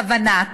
כוונת